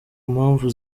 mpamvu